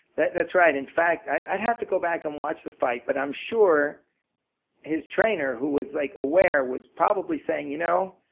that's that's right. in fact, i'd have to go back and watch the fight but i'm sure his trainer, who was like aware, was probably saying you know,